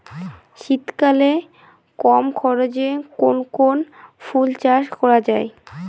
শীতকালে কম খরচে কোন কোন ফুল চাষ করা য়ায়?